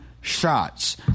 shots